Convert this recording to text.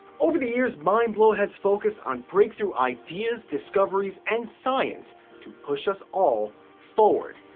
over the years, mind blow has focused on breakthrough ideas, discoveries and science to push us all forward.